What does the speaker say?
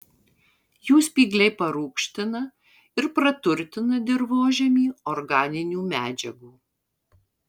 jų spygliai parūgština ir praturtina dirvožemį organinių medžiagų